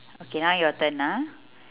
okay now your turn ah